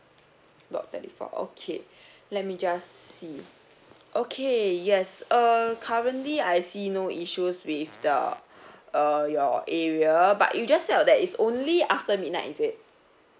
lot thirty four okay let me just see okay yes err currently I see no issues with the err your area but you just felt that is only after midnight is it